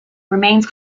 remains